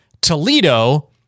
Toledo